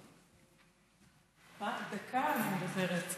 רק דקה אני מדברת.